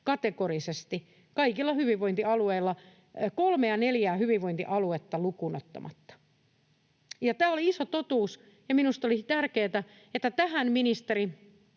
kategorisesti kaikilla hyvinvointialueilla kolmea, neljää hyvinvointialuetta lukuun ottamatta. Tämä oli iso totuus, ja minusta oli tärkeätä, että tähän ministeri